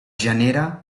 genera